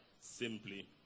simply